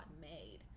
made